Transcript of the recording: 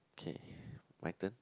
okay my turn